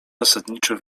zasadniczy